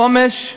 חומש,